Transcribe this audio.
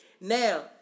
Now